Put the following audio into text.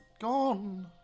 gone